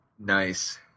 Nice